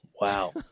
Wow